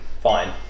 fine